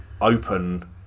open